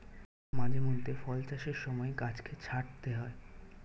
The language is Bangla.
মাঝে মধ্যে ফল চাষের সময় গাছকে ছাঁটতে হয়